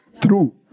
True